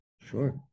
Sure